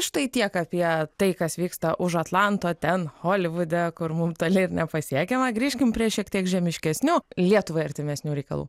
štai tiek apie tai kas vyksta už atlanto ten holivude kur mum toli nepasiekiama grįžkim prie šiek tiek žemiškesnių lietuvai artimesnių reikalų